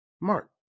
Mark